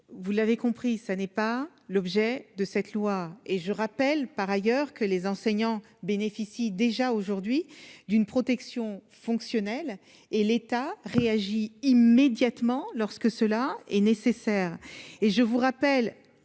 vous l'avez compris, ce n'est pas l'objet de cette loi. Et je rappelle par ailleurs que les enseignants bénéficient déjà aujourd'hui d'une protection fonctionnelle et l'État réagit. Immédiatement, lorsque cela est nécessaire